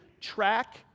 track